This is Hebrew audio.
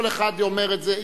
כל אחד אומר את זה,